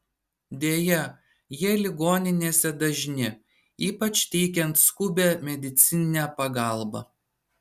deja jie ligoninėse dažni ypač teikiant skubią medicininę pagalbą